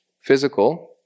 physical